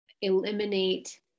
eliminate